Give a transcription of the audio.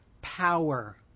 power